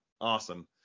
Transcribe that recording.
Awesome